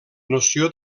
noció